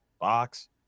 box